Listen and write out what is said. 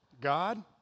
God